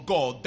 God